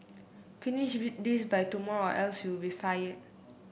finish with this by tomorrow else you'll be fired